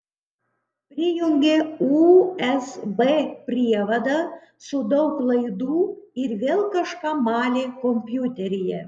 prijungė usb prievadą su daug laidų ir vėl kažką malė kompiuteryje